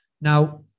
Now